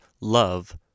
love